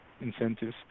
incentives